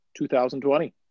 2020